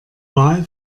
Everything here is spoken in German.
wahl